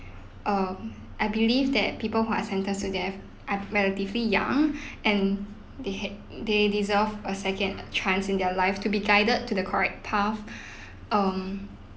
err I believe that people who are sentenced to death are relatively young and they had they deserve a second chance in their life to be guided to the correct path um